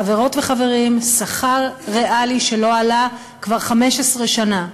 חברות וחברים, שכר ריאלי שלא עלה כבר 15 שנה,